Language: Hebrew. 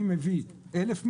אני מביא 1,000 מכולות,